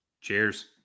Cheers